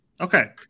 Okay